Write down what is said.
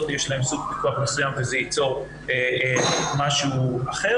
יש סוג פיקוח מסוים וזה ייצור משהו אחר,